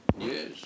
Yes